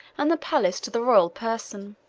and the palace to the royal person.